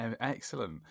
Excellent